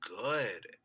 Good